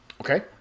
Okay